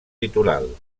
litoral